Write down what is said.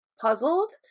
puzzled